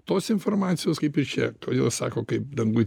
tos informacijos kaip ir čia todėl sako kaip danguj